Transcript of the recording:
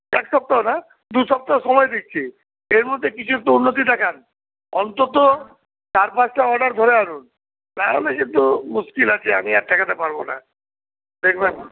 এক সপ্তাহ না দু সপ্তাহ সময় দিচ্ছি এর মধ্যে কিছু একটু উন্নতি দেখান অন্তত চার পাঁচটা অর্ডার ধরে আনুন নাহলে কিন্তু মুশকিল আছে আমি আর ঠ্যাকাতে পারব না দেখবেন